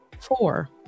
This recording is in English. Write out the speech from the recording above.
Four